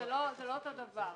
זה לא אותו הדבר,